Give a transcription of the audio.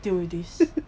deal with this